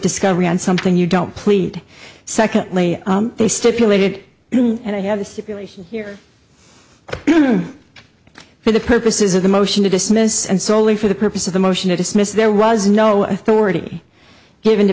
discovery on something you don't plead secondly they stipulated you and i have a stipulation here for the purposes of the motion to dismiss and solely for the purpose of the motion to dismiss there was no authority given to